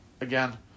again